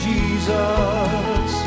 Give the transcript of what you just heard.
Jesus